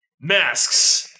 Masks